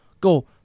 go